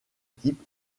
type